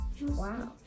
Wow